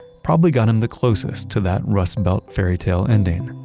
probably got him the closest to that rustbelt fairytale ending.